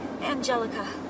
Angelica